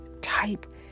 type